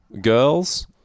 girls